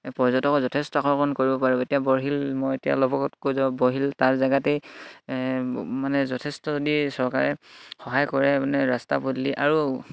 পৰ্যটক যথেষ্ট আকৰ্ষণ কৰিব পাৰিব এতিয়া বৰশীল মই এতিয়া লগত কৈ যাওঁ বৰশীল তাৰ জেগাতেই মানে যথেষ্ট যদি চৰকাৰে সহায় কৰে মানে ৰাস্তা পদূলি আৰু